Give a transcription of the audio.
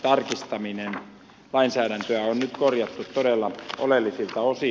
lainsäädäntöä on nyt korjattu todella oleellisilta osin